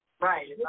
Right